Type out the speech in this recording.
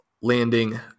landing